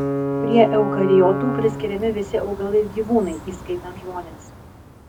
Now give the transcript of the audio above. prie eukariotų priskiriami visi augalai ir gyvūnai įskaitant žmones